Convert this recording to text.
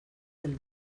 del